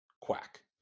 Quack